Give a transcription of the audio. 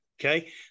Okay